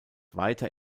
weiter